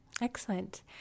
Excellent